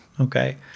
okay